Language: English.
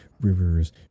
rivers